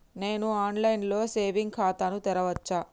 నేను online లో saving ఖాతా ను తెరవచ్చా?